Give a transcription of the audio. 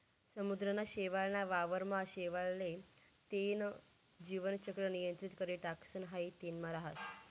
समुद्रना शेवाळ ना वावर मा शेवाळ ले तेन जीवन चक्र नियंत्रित करी टाकणस हाई तेनमा राहस